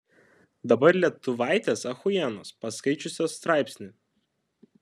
dabar lietuvaitės achuienos paskaičiusios straipsnį